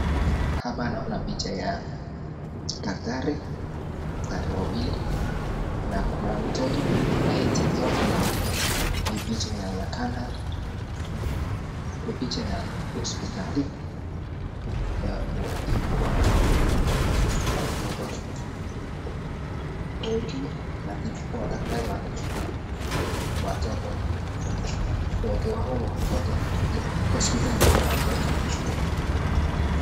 Hapa naona picha ya daktari wawili na kuna mtoto anayetibiwa. Hii picha inaonekana ni picha ya hosipitali ya kuwatibu watu. Wengi wao ni watoto hosipitanilini ni watoto.